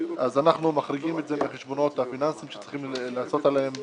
אז אנחנו מחריגים את זה כחשבונות פיננסיים שצריכים לעשות עליהם